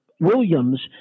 Williams